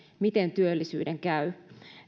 miten työllisyyden käy